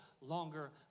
longer